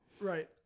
Right